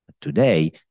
Today